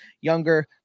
younger